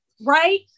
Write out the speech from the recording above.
Right